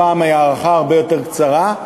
הפעם הארכה הרבה יותר קצרה,